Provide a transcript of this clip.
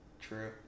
True